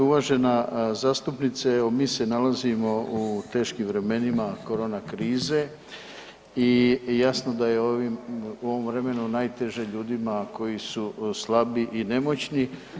Uvažena zastupnice evo mi se nalazimo u teškim vremenima korona krize i jasno da je u ovom vremenu najteže ljudima koji su slabi i nemoćni.